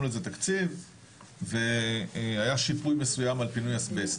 לזה תקציב והיה שיפוי מסוים לפינוי אסבסט.